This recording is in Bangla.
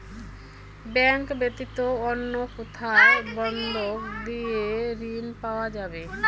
ব্যাংক ব্যাতীত অন্য কোথায় বন্ধক দিয়ে ঋন পাওয়া যাবে?